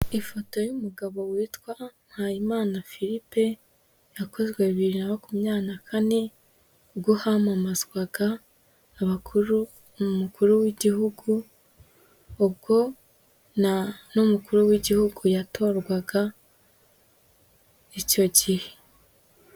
Ifoto y'umugabo witwa Mpayimana Philippe yakozwe bibiri na makumyabiri na kane ubwo hamamazwaga abakuru ni umukuru w'igihugu, ubwo n'umukuru w'igihugu yatorwaga icyo gihe.